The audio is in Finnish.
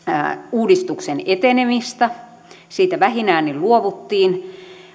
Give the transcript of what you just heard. uudistuksen etenemistä siitä vähin äänin luovuttiin